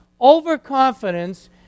overconfidence